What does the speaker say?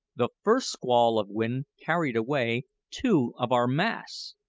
the first squall of wind carried away two of our masts,